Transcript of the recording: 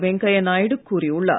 வெங்கைய நாயுடு கூறியுள்ளார்